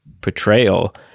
portrayal